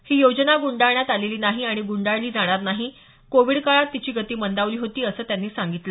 ही योजना गुंडाळण्यात आलेली नाही आणि गुंडाळली जाणार नाही कोविड काळात तिची गती मंदावली होती असं त्यांनी सांगितलं